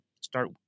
start